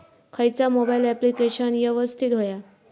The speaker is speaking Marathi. खयचा मोबाईल ऍप्लिकेशन यवस्तित होया?